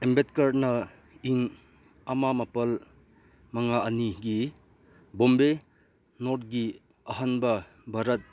ꯑꯝꯕꯦꯠꯀꯔꯅ ꯏꯪ ꯑꯃ ꯃꯥꯄꯜ ꯃꯉꯥ ꯑꯅꯤꯒꯤ ꯕꯣꯝꯕꯦ ꯅꯣꯔꯠꯀꯤ ꯑꯍꯥꯟꯕ ꯚꯥꯔꯠ